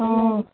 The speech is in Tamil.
ஓ